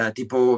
tipo